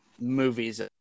movies